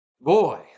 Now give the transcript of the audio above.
Boy